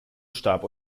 starb